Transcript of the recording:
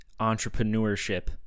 entrepreneurship